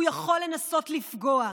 הוא יכול לנסות לפגוע,